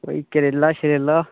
कोई करेला शरेला